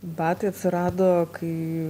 batai atsirado kai